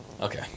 Okay